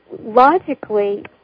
logically